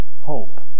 hope